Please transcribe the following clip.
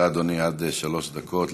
אדוני, עד שלוש דקות לרשותך.